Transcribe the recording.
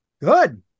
Good